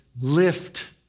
lift